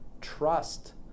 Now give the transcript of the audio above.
trust